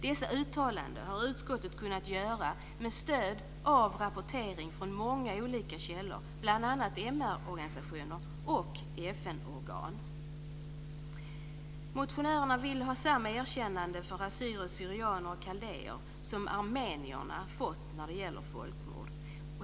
Dessa uttalanden har utskottet kunnat göra med stöd av rapportering från många olika källor, bl.a. MR-organisationer och FN Motionärerna vill ha samma erkännande för assyrier/syrianer och kaldéer som armenierna fått när det gäller folkmord.